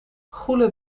goele